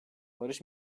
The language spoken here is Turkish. barış